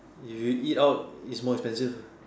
if you eat out its more expensive